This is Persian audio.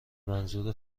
منظور